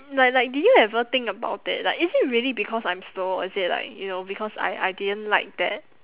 like like did you ever think about it like is it really because I'm slow or is it like you know because I I didn't like that